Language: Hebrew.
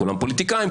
כולם פוליטיקאים,